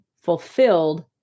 fulfilled